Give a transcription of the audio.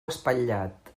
espatlat